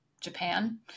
Japan